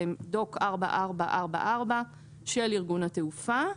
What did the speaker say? ו-דוק 44444 של ארגון התעופה,